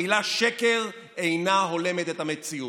המילה "שקר" אינה הולמת את המציאות.